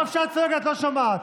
מרוב שאת צועקת, את לא שומעת.